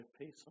peace